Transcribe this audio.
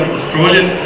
Australian